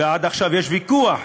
ועד עכשיו יש לי ויכוח